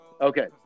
Okay